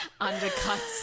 undercuts